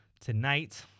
tonight